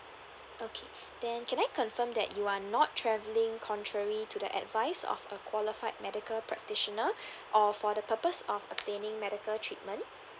okay then can I confirm that you are not travelling contrary to the advice of a qualified medical practitioner or for the purpose of obtaining medical treatment